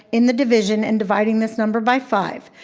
in the division, and dividing this number by five.